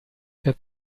der